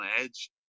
edge